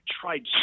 tried